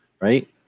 right